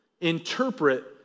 interpret